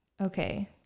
okay